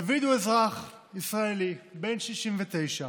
דוד הוא אזרח ישראלי בן 69,